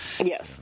yes